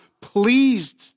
pleased